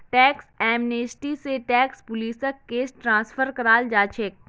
tax amnesty स tax पुलिसक case transfer कराल जा छेक